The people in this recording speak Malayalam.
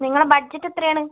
നിങ്ങടെ ബഡ്ജറ്റ് എത്രയാണ്